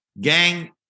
Gang